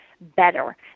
better